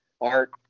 Art